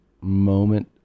moment